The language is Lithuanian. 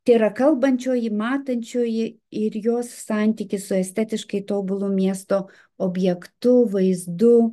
tėra kalbančioji matančioji ir jos santykis su estetiškai tobulo miesto objektu vaizdu